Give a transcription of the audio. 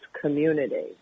community